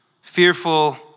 fearful